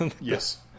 Yes